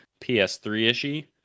PS3-ishy